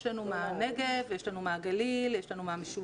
יש לנו מנגב ויש לנו מהגליל, יש לנו מהמשולש.